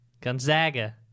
Gonzaga